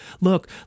Look